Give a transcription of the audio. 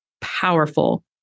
powerful